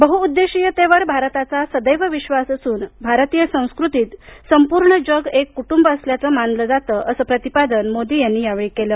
बहुउद्देशियतेवर भारताचा सदैव विश्वास असून भारतीय संस्कृतीत संपूर्ण जग एक कुटुंब असल्याचं मानलं जातं असं प्रतिपादन मोदी यांनी केलं